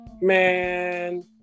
man